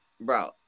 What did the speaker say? bro